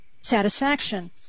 satisfaction